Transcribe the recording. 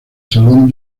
salón